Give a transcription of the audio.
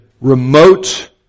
remote